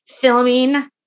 filming